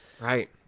Right